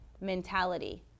mentality